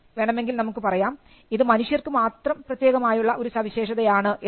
വേണമെങ്കിൽ നമുക്ക് പറയാം ഇത് മനുഷ്യർക്ക് മാത്രം പ്രത്യേകമായുള്ള ഒരു സവിശേഷതയാണ് എന്ന്